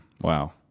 Wow